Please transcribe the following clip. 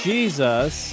Jesus